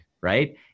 right